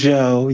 Joe